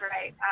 right